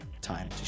time